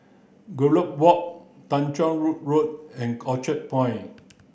Gallop Walk Tanjong Rhu Road and Orchard Point